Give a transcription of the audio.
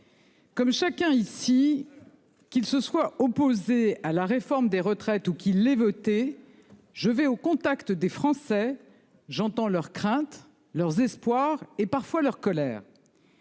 Comme chacun ici. Qu'il se soit opposé à la réforme des retraites ou qu'il ait voté. Je vais au contact des Français. J'entends leurs craintes, leurs espoirs et parfois leur colère.